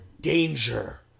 Danger